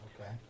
Okay